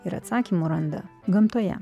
ir atsakymų randa gamtoje